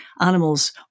animals